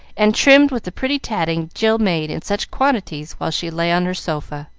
and trimmed with the pretty tatting jill made in such quantities while she lay on her sofa.